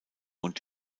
und